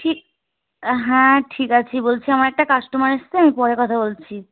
ঠিক হ্যাঁ ঠিক আছে বলছি আমার একটা কাস্টমার এসছে আমি পরে কথা বলছি